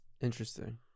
Interesting